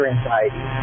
anxiety